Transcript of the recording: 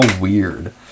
weird